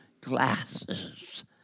glasses